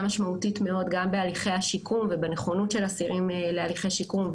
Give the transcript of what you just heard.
משמעותית מאוד גם בהליכי השיקום ובנכונות של אסירים להליכי שיקום,